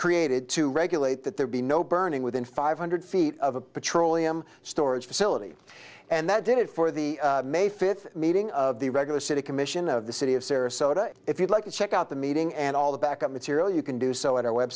created to regulate that there be no burning within five hundred feet of a petroleum storage facility and that did it for the may fifth meeting of the regular city commission of the city of sarasota if you'd like to check out the meeting and all the backup material you can do so at our web